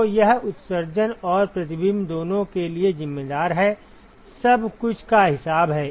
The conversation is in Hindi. तो यह उत्सर्जन और प्रतिबिंब दोनों के लिए जिम्मेदार है सब कुछ का हिसाब है